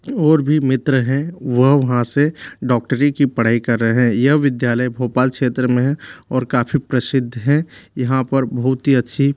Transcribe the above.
और भी मित्र हैं वह वहाँ से डॉक्टरी की पढाई कर रहे हैं यह विद्यालय भोपाल क्षेत्र में है और काफ़ी प्रसिद्ध हैं यहाँ पर बहुत ही अच्छी